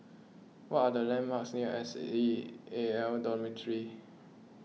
what are the landmarks near S C A L Dormitory